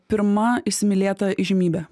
pirma įsimylėta įžymybė